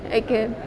okay